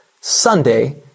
Sunday